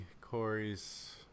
Corey's